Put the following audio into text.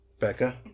Becca